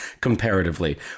comparatively